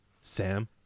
Sam